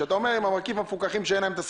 שאתה אומר עם מרכיב המפוקחים שאין להם את השכירות,